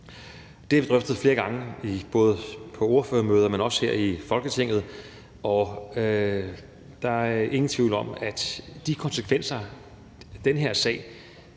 Det har vi drøftet flere gange, både på ordførermøder, men også her i Folketinget, og der er ingen tvivl om, at de konsekvenser, som den her sag